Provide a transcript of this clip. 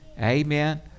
Amen